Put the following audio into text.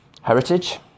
Heritage